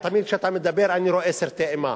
תמיד כשאתה מדבר אני רואה סרטי אימה.